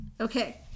Okay